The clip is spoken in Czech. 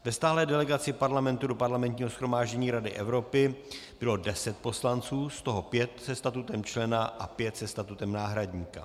Ve stálé delegaci Parlamentu do Parlamentního shromáždění Rady Evropy bylo deset poslanců, z toho pět se statutem člena a pět se statutem náhradníka.